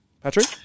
Patrick